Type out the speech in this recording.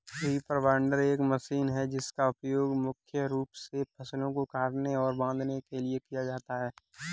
reaper binder एक machine है जिसका उपयोग मुख्य रूप से फसलों को काटने और बांधने के लिए किया जाता है